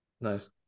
Nice